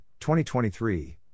2023